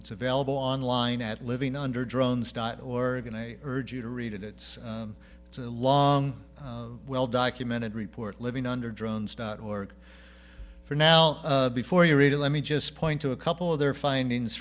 it's available online at living under drones dot org and i urge you to read it it's it's a long well documented report living under drones dot org for now before you read it let me just point to a couple of their findings